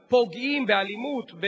פוגעים באלימות,